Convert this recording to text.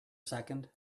second